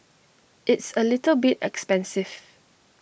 it's A little bit expensive